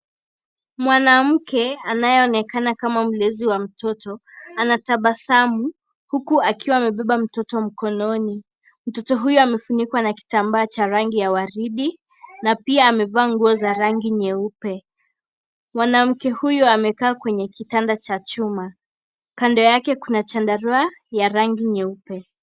Mwanamke anayeonekana kama mlezi wa mtoto anatabasamu huku akiwa amebeba mtoto mkononi. Mtoto huyo amefunikwa na kitambaa cha rangi ya waridi na pia amevaa nguo za rangi nyeupe. Mwanamke huyo amekaa kwenye kitanda cha chuma, kando yake kuna chandarua ya rangi nyeupe.